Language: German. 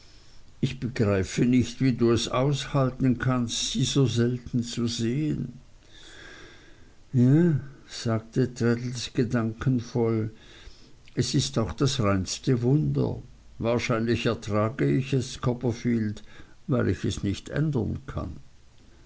ich begreife nicht wie du es aushalten kannst sie so selten zu sehen ha sagte traddles gedankenvoll es ist auch das reinste wunder wahrscheinlich ertrage ich es copperfield weil ich es nicht ändern kann